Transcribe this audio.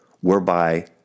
whereby